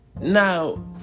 Now